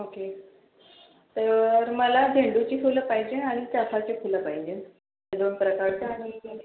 okay तर मला झेंडूची फुलं पाहिजे आणि चाफ्याची फुलं पायजेल हे दोन प्रकारच्या आणि